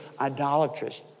idolatrous